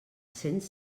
cents